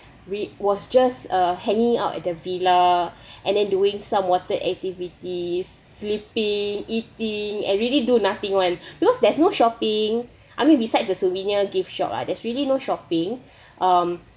we was just uh hanging out at the villa and then doing some water activities sleeping eating and really do nothing [one] because there's no shopping I mean besides the souvenir gift shop lah there's really no shopping um